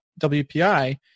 WPI